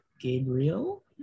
Gabriel